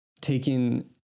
taking